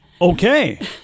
Okay